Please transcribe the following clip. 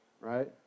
right